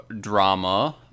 drama